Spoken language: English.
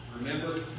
Remember